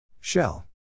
Shell